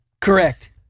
Correct